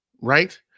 right